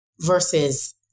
versus